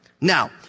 Now